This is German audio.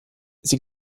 sie